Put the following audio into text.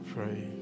Pray